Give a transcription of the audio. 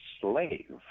slave